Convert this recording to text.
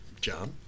John